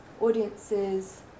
audiences